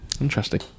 Interesting